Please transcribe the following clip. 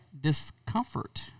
Discomfort